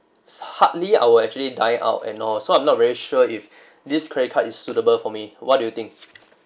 hardly I will actually dine out and all so I'm not very sure if this credit card is suitable for me what do you think